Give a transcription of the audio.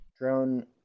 drone